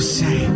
say